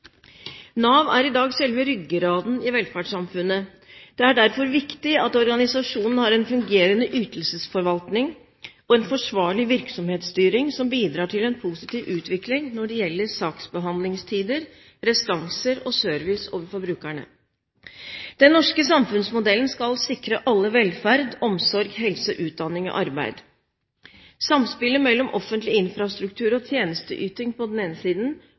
Nav er i dag selve ryggraden i velferdssamfunnet. Det er derfor viktig at organisasjonen har en fungerende ytelsesforvaltning og en forsvarlig virksomhetsstyring som bidrar til en positiv utvikling når det gjelder saksbehandlingstider, restanser og service overfor brukerne. Den norske samfunnsmodellen skal sikre alle velferd, omsorg, helse, utdanning og arbeid. Samspillet mellom offentlig infrastruktur og tjenesteyting på den ene siden